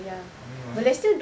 I don't know ah